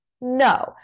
no